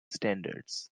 standards